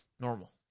Normal